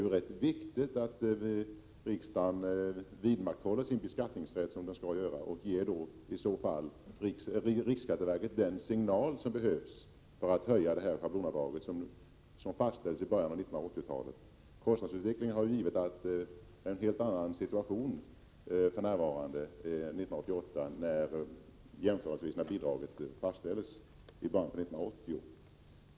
Det är rätt viktigt att riksdagen vidmakthåller sin beskattningsrätt och i det här fallet ger riksskatteverket den signal som behövs för att höja detta schablonavdrag, som fastställdes i början av 1980-talet. Kostnadsutvecklingen har ju varit sådan att det råder en helt annan situation för närvarande än när avdraget fastställdes i början av 1980-talet.